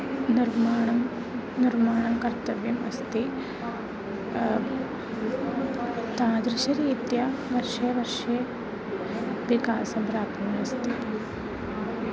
निर्माणं निर्माणं कर्तव्यम् अस्ति तादृशरीत्या वर्षे वर्षे विकासं प्राप्नुवन् अस्ति